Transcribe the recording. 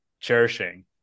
cherishing